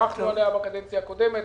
כשנפגשנו בפעם הראשונה פגישת היכרות,